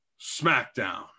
Smackdown